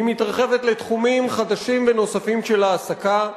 היא מתרחבת לתחומים חדשים ונוספים של העסקה,